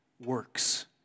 works